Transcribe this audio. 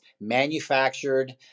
manufactured